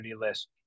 list